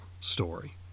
story